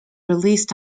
released